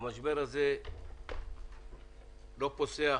שהמשבר הזה לא פוסח